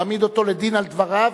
להעמיד אותו לדין על דבריו,